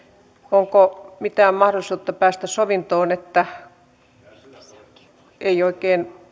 onko mitään mahdollisuutta päästä sovintoon ei oikein